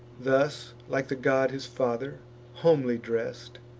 thus, like the god his father homely dress'd,